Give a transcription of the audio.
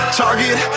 target